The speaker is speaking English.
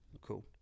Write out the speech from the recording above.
Cool